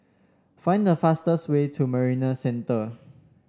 find the fastest way to Marina Centre